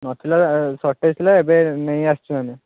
ନଥିଲା ଶର୍ଟେଜ୍ ଥିଲା ଏବେ ନେଇଆସିଛୁ ଆମେ